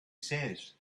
says